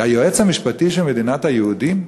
היועץ המשפטי של מדינת היהודים?